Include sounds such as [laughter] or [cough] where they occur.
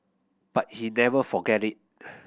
but he never forgot it [noise]